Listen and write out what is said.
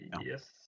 Yes